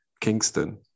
Kingston